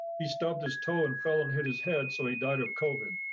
he stubbed his toe and fell and hit his head, so he died of covid.